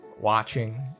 watching